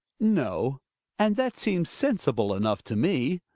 no and that seems sensible enough to me.